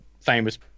famous